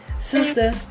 Sister